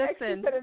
listen